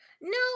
No